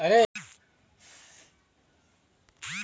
Credit card क्या होता है?